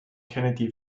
kennedy